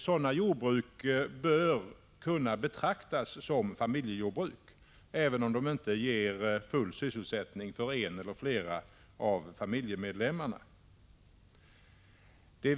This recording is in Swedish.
Sådana jordbruk bör kunna betraktas som familjejordbruk, även om de inte ger full sysselsättning för en eller flera av familjemedlemmarna.